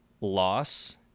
loss